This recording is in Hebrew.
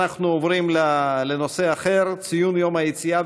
אנחנו עוברים לנושא אחר: ציון יום היציאה